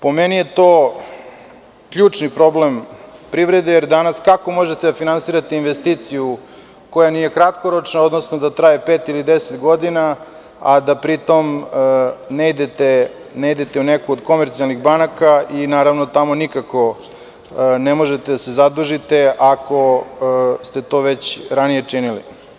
Po meni je to ključni problem privrede, jer kako možete danas da finansirate investiciju koja nije kratkoročna, odnosno da traje pet ili 10 godina, a da pri tom ne idete u neku od komercijalnih banaka i tamo nikako ne možete da se zadužite ako ste to već ranije činili?